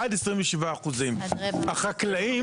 עד 27%. החקלאים,